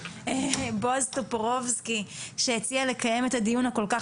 בועז טופורובסקי שהציע לקיים את הדיון הכל כך